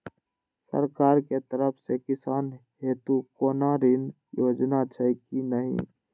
सरकार के तरफ से किसान हेतू कोना ऋण योजना छै कि नहिं?